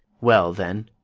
well then,